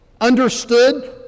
understood